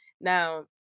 Now